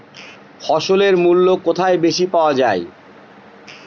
ফসলের মূল্য কোথায় বেশি পাওয়া যায়?